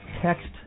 text